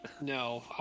no